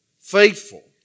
Faithful